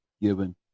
given